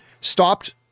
stopped